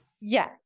Yes